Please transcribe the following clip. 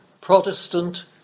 Protestant